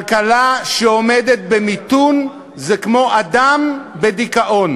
כלכלה שעומדת במיתון זה כמו אדם בדיכאון,